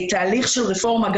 לתהליך של רפורמה עמוקה במבנה השכר.